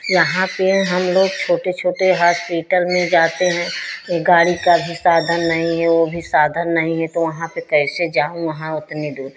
जहाँ पर हम लोग छोटे छोटे हॉस्पिटल में जाते हैं ए गाड़ी का भी का साधन नहीं हैं ओ भी साधन नहीं है तो ओहां पे कैसे जाऊँ ओहाँ ओतने दूर